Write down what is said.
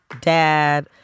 Dad